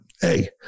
hey